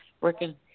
working